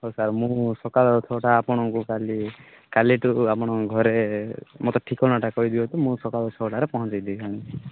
ହଉ ସାର୍ ମୁଁ ସକାଳ ଛଅଟା ଆପଣଙ୍କୁ କାଲି କାଲିଠୁ ଆପଣଙ୍କ ଘରେ ମୋତେ ଠିକଣାଟା କହି ଦିଅନ୍ତୁ ମୁଁ ସକାଳ ଛଅଟାରେ ପହଞ୍ଚାଇ ଦେଇଥାନ୍ତି